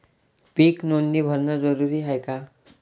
पीक नोंदनी भरनं जरूरी हाये का?